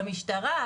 במשטרה,